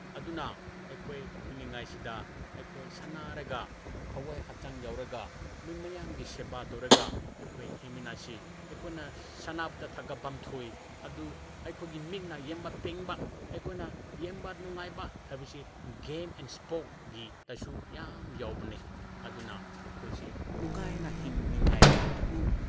ꯑꯗꯨꯅ ꯑꯩꯈꯣꯏ ꯍꯤꯡꯂꯤꯉꯩꯁꯤꯗ ꯑꯩꯈꯣꯏ ꯁꯥꯟꯅꯔꯒ ꯊꯋꯥꯏ ꯍꯛꯆꯥꯡ ꯌꯥꯎꯔꯒ ꯃꯤ ꯃꯌꯥꯝꯒꯤ ꯁꯦꯕꯥ ꯇꯧꯔꯒ ꯑꯩꯈꯣꯏ ꯍꯤꯡꯃꯤꯟꯅꯁꯤ ꯑꯩꯈꯣꯏꯅ ꯁꯥꯟꯅꯕꯗ ꯊꯥꯒꯠꯐꯝ ꯊꯣꯛꯏ ꯑꯗꯨ ꯑꯩꯈꯣꯏꯒꯤ ꯃꯤꯠꯅ ꯌꯦꯡꯕ ꯄꯦꯟꯕ ꯑꯩꯈꯣꯏꯅ ꯌꯦꯡꯕ ꯅꯨꯡꯉꯥꯏꯕ ꯍꯥꯏꯕꯁꯤ ꯒꯦꯝ ꯑꯦꯟ ꯏꯁꯄꯣꯔꯠꯗꯤꯗꯁꯨ ꯌꯥꯝ ꯌꯥꯎꯕꯅꯦ ꯑꯗꯨꯅ ꯑꯩꯈꯣꯏꯁꯤ ꯅꯨꯡꯉꯥꯏꯅ ꯍꯤꯡꯅꯤꯉꯥꯏ ꯑꯗꯨ